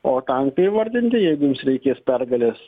o tankai įvardinti jeigu jums reikės pergalės